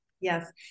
Yes